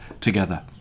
together